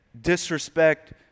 disrespect